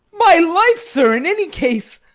my life, sir, in any case!